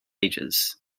ages